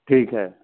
ਠੀਕ ਹੈ